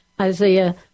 Isaiah